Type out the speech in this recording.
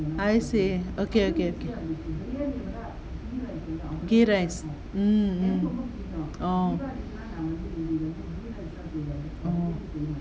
I see okay okay okay ghee rice mm mm orh orh